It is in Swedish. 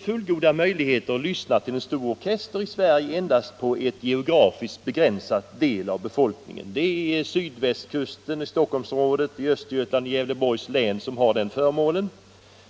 Fullgoda möjligheter att lyssna till stor orkester har i Sverige endast en geografiskt begränsad del av befolkningen. Det är invånarna på sydvästkusten, i Stockholmsområdet, i Östergötland samt i Gävleborgs län som har denna förmån.